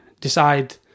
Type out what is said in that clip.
decide